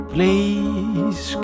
Please